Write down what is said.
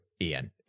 ian